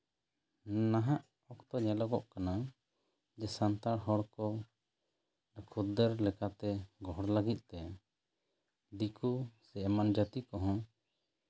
ᱱᱟᱦᱟᱜ ᱚᱠᱛᱚ ᱧᱮᱞᱚᱜᱚᱜ ᱠᱟᱱᱟ ᱡᱮ ᱥᱟᱱᱛᱟᱲ ᱦᱚᱲᱠᱚ ᱠᱷᱩᱫᱫᱟᱨ ᱞᱮᱠᱟᱛᱮ ᱜᱚᱦᱚᱲ ᱞᱟᱹᱜᱤᱫ ᱛᱮ ᱫᱤᱠᱩ ᱥᱮ ᱮᱢᱟᱱ ᱡᱟᱹᱛᱤ ᱠᱚᱦᱚᱸ